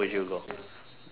which year